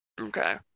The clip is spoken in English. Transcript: Okay